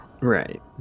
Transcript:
Right